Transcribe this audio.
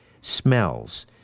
smells